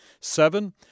Seven